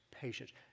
patience